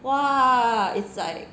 !wah! it's like